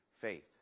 faith